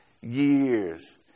years